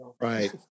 Right